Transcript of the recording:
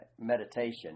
meditation